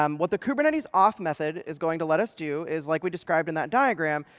um what the kubernetes auth method is going to let us do is, like we described in that diagram,